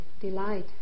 delight